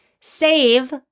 save